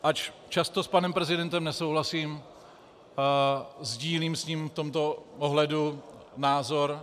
Ač často s panem prezidentem nesouhlasím, sdílím s ním v tomto ohledu názor.